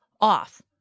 off